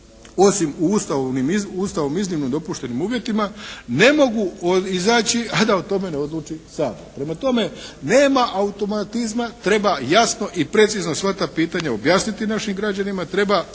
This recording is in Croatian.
osim u Ustavom iznimno dopuštenim uvjetima ne mogu izaći a da o tome ne odluči Sabor. Prema tome, nema automatizma. Treba jasno i precizno sva ta pitanja objasniti našim građanima. Treba